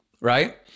right